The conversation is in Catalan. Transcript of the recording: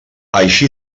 així